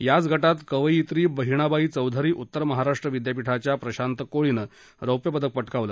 याच गात्त कवयित्री बहिणाबाई चौधरी उत्तर महाराष्ट्र विद्यापीठाच्या प्रशांत कोळीनं रौप्यपदक पक्रिावलं